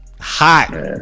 Hot